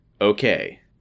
Okay